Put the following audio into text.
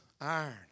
iron